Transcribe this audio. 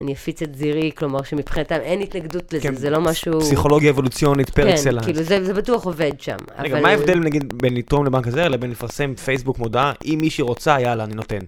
אני אפיצת זירי, כלומר שמבחינתם אין התנגדות לזה, כן, זה לא משהו... פסיכולוגיה אבולוציונית par excellence. כן, זה בטוח עובד שם. רגע, מה ההבדל נגיד בין לתרום לבנק הזה לבין לפרסם בפייסבוק מודעה? אם מישהי רוצה, יאללה, אני נותן.